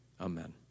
Amen